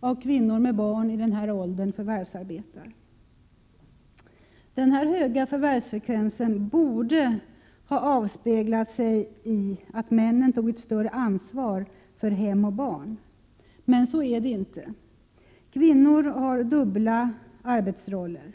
av kvinnor med barn i denna ålder förvärvsarbetar. Denna höga förvärvsfrekvens borde ha avspeglat sig i att männen tog ett större ansvar för hem och barn, men så är det inte. Kvinnor har dubbla arbetsroller.